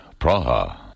Praha